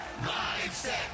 Mindset